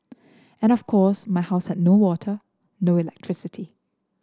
and of course my house had no water no electricity